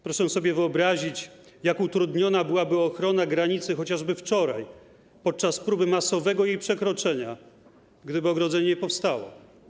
Proszę sobie wyobrazić, jak utrudniona byłaby ochrona granicy chociażby wczoraj podczas próby masowego jej przekroczenia, gdyby ogrodzenie nie powstało.